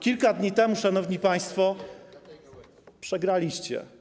Kilka dni temu, szanowni państwo, przegraliście.